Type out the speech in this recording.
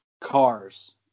cars